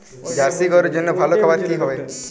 Jersey গরুর জন্য ভালো খাবার কি হবে?